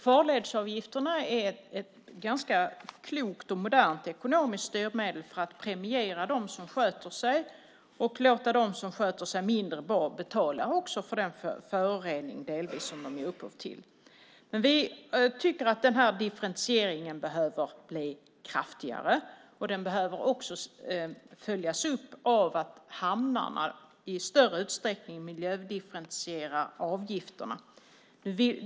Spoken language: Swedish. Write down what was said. Farledsavgifterna är ett ganska klokt och modernt ekonomiskt styrmedel för att premiera dem som sköter sig och låta dem som sköter sig mindre bra delvis betala för den förorening som de ger upphov till. Vi tycker att den här differentieringen behöver bli kraftigare. Den behöver också följas upp genom att hamnarna i större utsträckning miljödifferentierar avgifterna.